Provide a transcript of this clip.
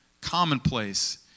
commonplace